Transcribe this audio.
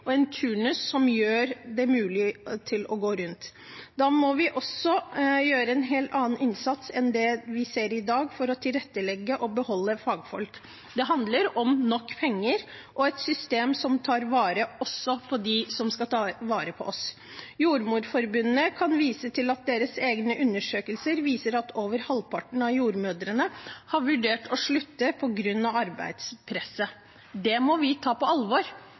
en turnus som gjør det mulig å få det til å gå rundt. Da må vi gjøre en helt annen innsats enn det vi ser i dag, for å tilrettelegge for og for å beholde fagfolk. Det handler om nok penger og et system som også tar vare på dem som skal ta vare på oss. Jordmorforbundet kan vise til at deres egne undersøkelser viser at over halvparten av jordmødrene har vurdert å slutte på grunn av arbeidspresset. Det må vi ta på alvor.